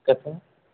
okay sir